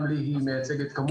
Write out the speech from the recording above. גם ליהי מייצגת כמות.